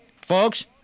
Folks